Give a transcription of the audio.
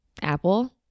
Apple